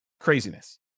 craziness